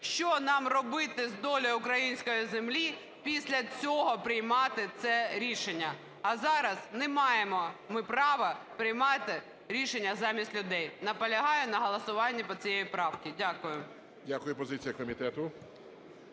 що нам робити з долею української землі, після цього приймати це рішення. А зараз не маємо ми права приймати рішення замість людей. Наполягаю на голосуванні по цій правці. Дякую. Веде засідання